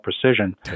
precision